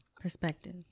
Perspective